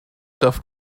darf